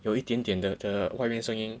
有一点点的的外面声音